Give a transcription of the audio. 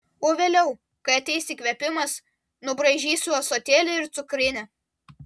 o vėliau kai ateis įkvėpimas nubraižysiu ąsotėlį ir cukrinę